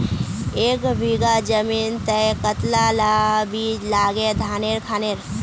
एक बीघा जमीन तय कतला ला बीज लागे धानेर खानेर?